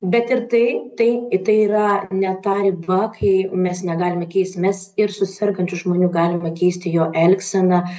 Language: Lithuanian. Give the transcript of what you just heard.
bet ir tai tai į tai yra ne ta riba kai mes negalime keisti mes ir su sergančių žmonių galima keisti jo elgseną